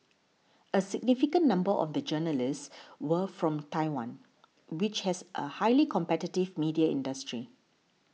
a significant number of the journalists were from Taiwan which has a highly competitive media industry